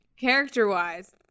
character-wise